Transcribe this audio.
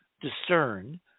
discern